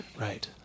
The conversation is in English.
Right